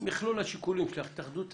במכלול השיקולים של ההתאחדות לכדורגל,